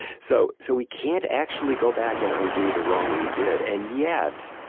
so so, we can't actually go back and undo the wrong we did, and yet,